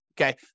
Okay